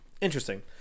interesting